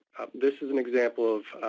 this is an example of